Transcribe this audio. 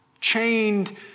chained